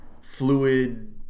fluid